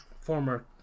former